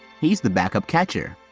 he's the backup catcher.